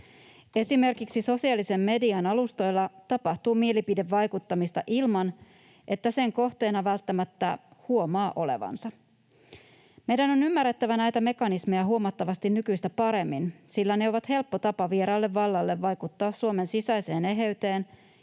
Esimerkiksi sosiaalisen median alustoilla tapahtuu mielipidevaikuttamista ilman, että sen kohteena välttämättä huomaa olevansa. Meidän on ymmärrettävä näitä mekanismeja huomattavasti nykyistä paremmin, sillä ne ovat helppo tapa vieraalle vallalle vaikuttaa Suomen sisäiseen eheyteen